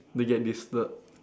they get disturbed